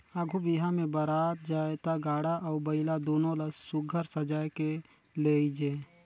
आघु बिहा मे बरात जाए ता गाड़ा अउ बइला दुनो ल सुग्घर सजाए के लेइजे